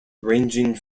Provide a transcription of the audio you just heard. ranging